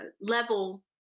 level